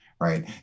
right